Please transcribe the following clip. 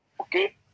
okay